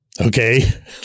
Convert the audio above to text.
okay